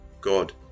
God